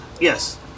Yes